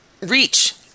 reach